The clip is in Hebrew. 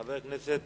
חבר הכנסת